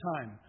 time